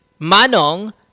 manong